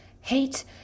Hate